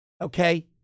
okay